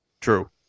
True